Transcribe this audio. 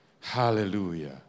Hallelujah